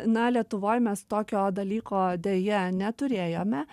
na lietuvoj mes tokio dalyko deja neturėjome